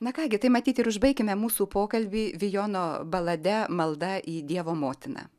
na ką gi tai matyt ir užbaikime mūsų pokalbį vijono balade malda į dievo motiną